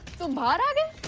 the body